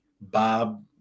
Bob